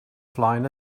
flaen